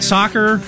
Soccer